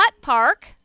park